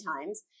times